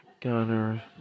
Gunner